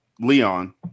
Leon